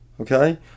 Okay